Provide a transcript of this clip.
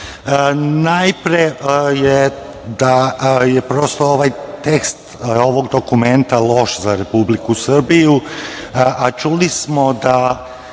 Najpre da je ovaj tekst ovog dokumenta loš za republiku Srbiju, a čuli smo da